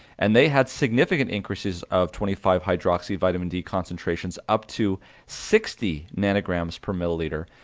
and they had significant increases of twenty five hydroxy vitamin d concentrations up to sixty nanograms per milliliter,